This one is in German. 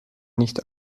nicht